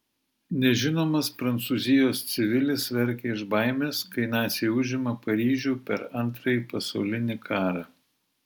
nežinomas prancūzijos civilis verkia iš baimės kai naciai užima paryžių per antrąjį pasaulinį karą